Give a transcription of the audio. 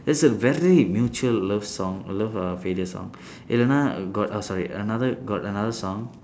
it's a very mutual love song love uh failure song another got oh sorry another got another song